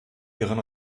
ihren